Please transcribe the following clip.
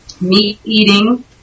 meat-eating